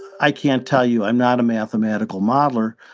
i can't tell you. i'm not a mathematical modeler.